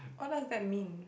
what does that mean